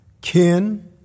Ken